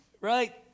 right